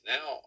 Now